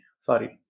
Sorry